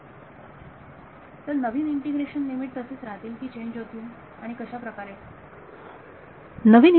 विद्यार्थी तर नवीन इंटिग्रेशन लिमिट तसेच राहतील की चेंज होतील कशाप्रकारेRefer Time 1858